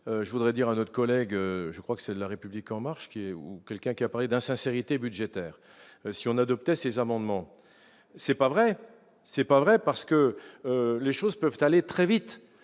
je voudrais dire à notre collègue, je crois que c'est la République en marche qui est ou quelqu'un qui a parlé d'insincérité budgétaire si on adoptait ces amendements, c'est pas vrai, c'est pas vrai, parce que les choses peuvent aller très vite,